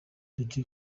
betty